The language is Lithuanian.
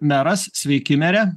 meras sveiki mere